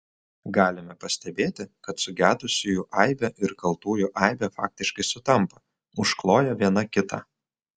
galime pastebėti kad sugedusiųjų aibė ir kaltųjų aibė faktiškai sutampa užkloja viena kitą